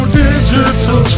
digital